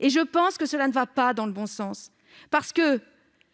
Je pense que cela ne va pas dans le bon sens.